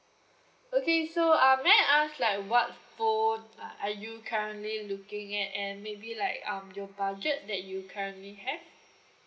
okay so um may I ask like what phone are you currently looking at and maybe like um your budget that you currently have